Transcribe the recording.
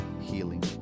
healing